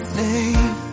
name